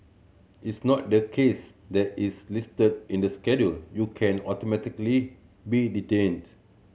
it's not the case that its listed in the Schedule you can automatically be detained